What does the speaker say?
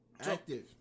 Active